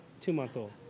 two-month-old